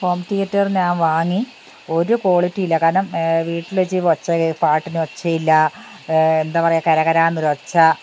home theatre ഞാൻ വാങ്ങി ഒരു ക്വാളിറ്റി ഇല്ല കാരണം വീട്ടിൽ വച്ച് വച്ചു പാട്ടിന് ഒച്ചയില്ല എന്താ പറയുക കരകരായെന്ന് ഒരൊച്ച